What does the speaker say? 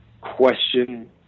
question